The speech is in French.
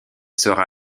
sera